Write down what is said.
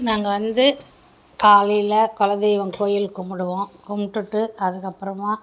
நாங்கள் வந்து காலையில் குலதெய்வ கோவில் கும்பிடுவோம் கும்பிட்டுட்டு அதுக்கப்புறமா